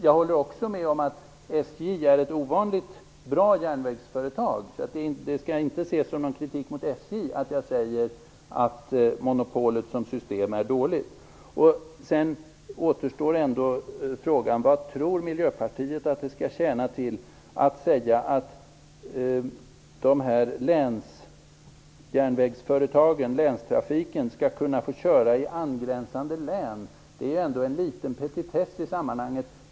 Jag håller också med om att SJ är ett ovanligt bra järnvägsföretag. Det skall inte ses som någon kritik mot SJ att jag säger att monopolet som system är dåligt. Frågan återstår ändå: Vad tror Miljöpartiet att det skall tjäna till att säga att länsjärnvägsföretagen - länstrafiken - skall kunna få köra i angränsande län? Det är ändå en liten petitess i sammanhanget.